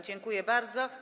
Dziękuję bardzo.